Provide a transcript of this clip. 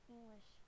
English